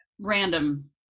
random